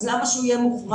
אז למה שהוא יהיה מוחרג?